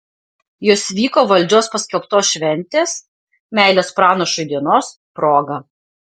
jos vyko valdžios paskelbtos šventės meilės pranašui dienos proga